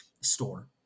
store